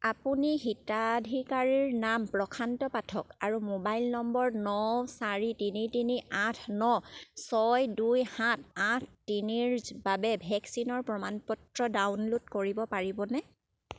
আপুনি হিতাধিকাৰীৰ নাম প্ৰশান্ত পাঠক আৰু মোবাইল নম্বৰ ন চাৰি তিনি তিনি আঠ ন ছয় দুই সাত আঠ তিনিৰ বাবে ভেকচিনৰ প্ৰমাণপত্ৰ ডাউনলোড কৰিব পাৰিবনে